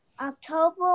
October